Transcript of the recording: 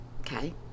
Okay